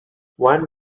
one